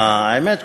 האמת,